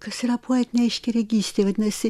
kas yra poetinė aiškiaregystė vadinasi